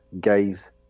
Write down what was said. Gaze